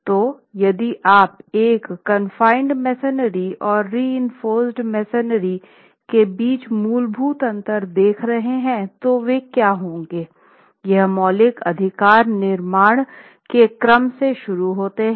तो यदि आप एक कन्फ़ाइनेड मेसनरी और रीइंफोर्स्ड मेसनरी के बीच मूलभूत अंतर देख रहे हैं तो वे क्या होंगे यह मौलिक अधिकार निर्माण के क्रम से शुरू होता है